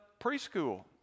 preschool